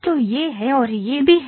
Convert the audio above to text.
तो यह हैФऔर यह बी है